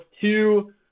two